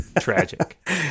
tragic